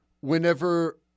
whenever